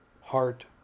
heart